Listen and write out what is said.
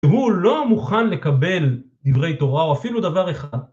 שהוא לא מוכן לקבל דברי תורה, או אפילו דבר אחד.